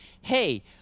Hey